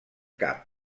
cap